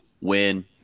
Win